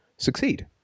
succeed